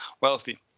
wealthy